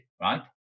right